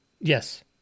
Yes